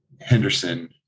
Henderson